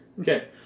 Okay